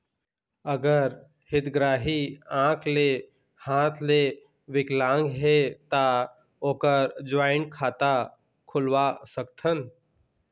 अगर हितग्राही आंख ले हाथ ले विकलांग हे ता ओकर जॉइंट खाता खुलवा सकथन?